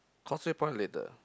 Causeway Point later